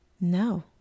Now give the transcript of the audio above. no